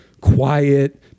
quiet